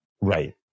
Right